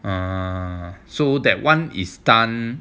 err so that one is done